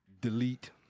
Delete